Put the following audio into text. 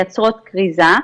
שהן מייצרות כריזה,